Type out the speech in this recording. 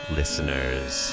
listeners